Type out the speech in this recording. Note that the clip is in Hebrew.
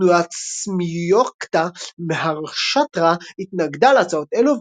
תנועת סמיוקטה מהראשטרה התנגדה להצעות אלו,